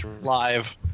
live